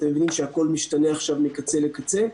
אתם יודע שהכול מהשתנה עכשיו מקצה לקצה.